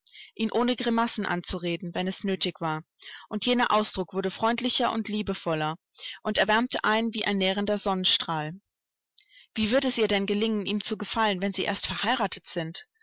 ihn ohne grimassen anzureden wenn es nötig war und jener ausdruck wurde freundlicher und liebevoller und erwärmte einen wie ein nährender sonnenstrahl wie wird es ihr denn gelingen ihm zu gefallen wenn sie erst verheiratet sind